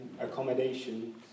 accommodation